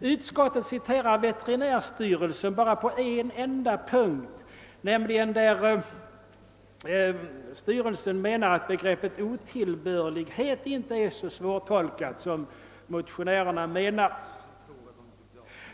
Utskottet citerar veterinärstyrelsen bara på en enda punkt, nämligen där styrelsen menar att begreppet otillbörlighet inte är så svårtolkat som motionärerna anser.